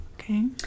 Okay